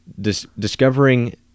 Discovering